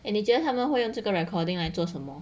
eh 你觉得他们会用这个 recording like 做什么